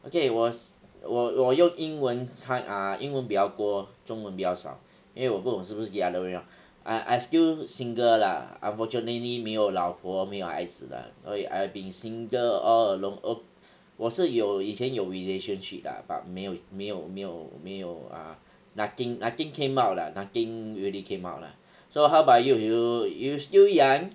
okay 我我我用英文参 ah 英文比较多中文比较少因为我不懂是不是 the other way I I still single lah unfortunately 没有老婆没有孩子啦对 I have been single all along oh 我是有以前有 relationship lah but 没有没有没有没有 ah nothing nothing came out lah nothing really came out lah so how about you you you still young